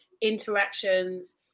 interactions